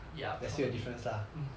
ya probably mm